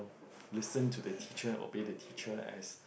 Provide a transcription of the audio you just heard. listen to the teacher obey the teacher as